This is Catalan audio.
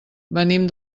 venim